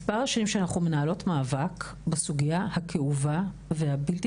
מספר שנים שאנחנו מנהלות מאבק בסוגיה הכאובה והבלתי